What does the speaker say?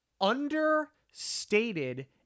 understated